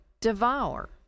devour